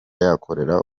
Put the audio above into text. yakorera